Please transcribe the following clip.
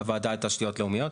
הוועדה לתשתיות לאומיות.